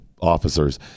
officers